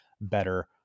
better